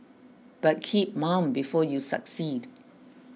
but keep mum before you succeed